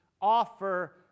offer